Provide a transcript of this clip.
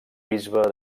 bisbe